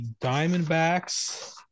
Diamondbacks